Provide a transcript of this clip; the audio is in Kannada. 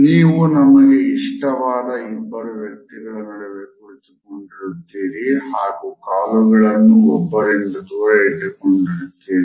ನೀವು ನಿಮಗೆ ಇಷ್ಟವಾದ ಇಬ್ಬರು ವ್ಯಕ್ತಿಗಳ ನಡುವೆ ಕುಳಿತುಕೊಂಡಿರುತ್ತೀರಿ ಹಾಗು ಕಾಲುಗಳನ್ನು ಒಬ್ಬರಿಂದ ದೂರ ಇಟ್ಟುಕೊಂಡಿರುತ್ತೀರಿ